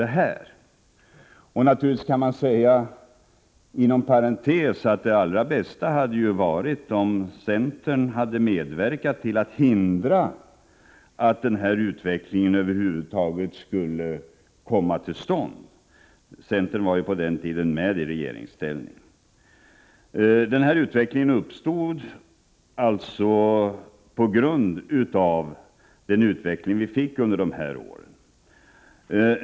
Man skulle också inom parentes kunna säga att det allra bästa hade varit om centern hade medverkat till att hindra den utvecklingen. Centern var ju på den tiden med i regeringsställning. Problemen uppstod på grund av den utveckling vi fick under dessa år.